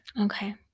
Okay